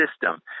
system